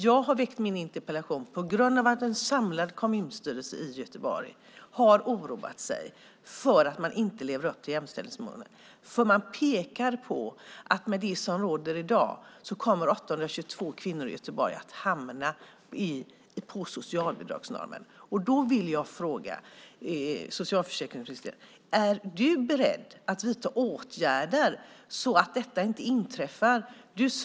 Jag har väckt min interpellation på grund av att en samlad kommunstyrelse i Göteborg har oroat sig för att man inte lever upp till jämställdhetsmålen. Man pekar på att med det som råder i dag kommer 822 kvinnor i Göteborg att hamna på socialbidragsnormen. Är socialförsäkringsministern beredd att vidta åtgärder så att detta inte inträffar?